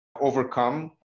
overcome